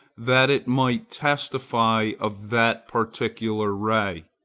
that it might testify of that particular ray.